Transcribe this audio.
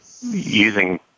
using